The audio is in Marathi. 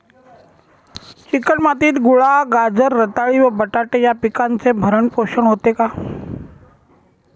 चिकण मातीत मुळा, गाजर, रताळी व बटाटे या पिकांचे भरण पोषण होते का?